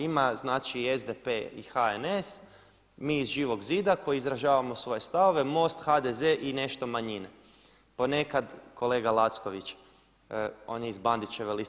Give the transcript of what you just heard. Ima znači SDP i HNS, mi iz Živog zida koji izražavamo svoje stavove, MOST, HDZ i nešto manjine, ponekad kolega Lacković, on je iz Bandićeve liste.